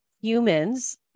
humans